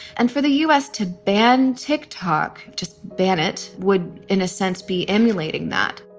and for the u s. to ban tick talk to ban, it would, in a sense, be emulating that